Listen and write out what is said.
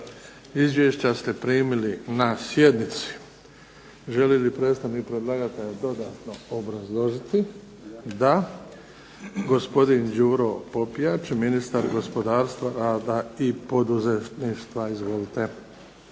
Izvješća ste primili na sjednici. Želi li predstavnik predlagatelja dodatno obrazložiti? Da. Gospodin Đuro Popijač, ministar gospodarstva, rada i poduzetništva. Izvolite.